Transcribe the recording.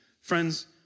Friends